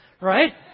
right